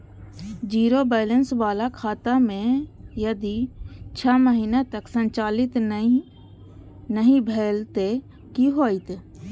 Zero balance बाला खाता में यदि छः महीना तक संचालित नहीं भेल ते कि होयत?